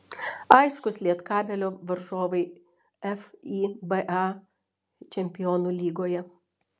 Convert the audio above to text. aiškūs lietkabelio varžovai fiba čempionų lygoje